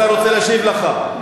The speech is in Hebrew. השר רוצה להשיב לך.